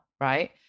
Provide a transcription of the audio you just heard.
right